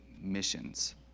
missions